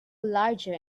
larger